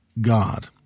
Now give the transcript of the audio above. God